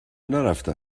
نرفته